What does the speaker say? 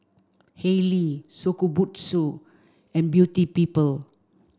Haylee Shokubutsu and Beauty People